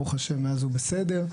ברוך השם מאז הוא בסדר.